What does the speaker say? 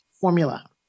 formula